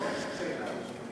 עוד שאלה, ברשותך.